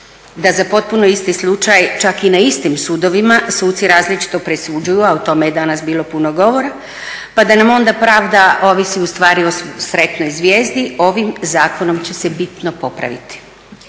da za potpuno isti slučaj čak i na istim sudovima suci različito presuđuju, a o tome je danas bilo puno govora, pa da nam onda pravda ovisi ustvari o sretnoj zvijezdi ovim zakonom će se bitno popraviti.